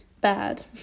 bad